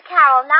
Carol